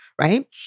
right